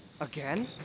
Again